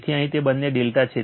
તેથી અહીં તે બંને ∆ છે